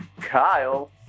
Kyle